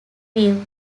view